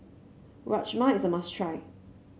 Rajma is a must try